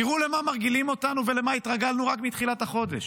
תראו למה מרגילים אותנו ולמה התרגלנו רק בתחילת החודש.